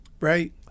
right